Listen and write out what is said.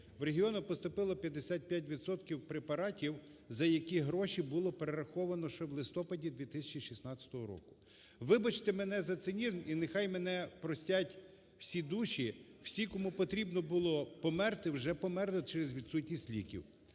в регіони поступило 55 відсотків препаратів, за які гроші було перераховано ще в листопаді 2016 року. Вибачте мене за цинізм, і нехай мене простять всі душі, всі, кому потрібно було померти, вже померли через відсутність ліків;